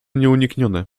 nieuniknione